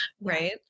right